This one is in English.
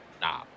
Nah